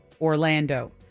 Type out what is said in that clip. Orlando